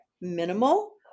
minimal